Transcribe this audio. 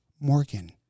Morgan